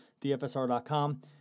dfsr.com